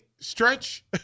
Stretch